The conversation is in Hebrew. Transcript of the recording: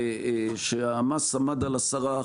שהמס עמד על 10%,